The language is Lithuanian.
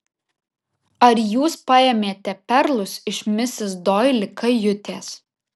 ar jūs paėmėte perlus iš misis doili kajutės